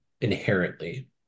inherently